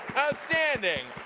outstanding.